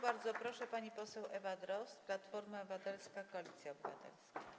Bardzo proszę, pani poseł Ewa Drozd, Platforma Obywatelska - Koalicja Obywatelska.